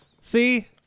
see